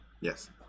Yes